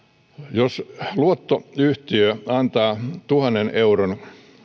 jos luottoyhtiö antaa tuhannen euron